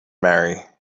marry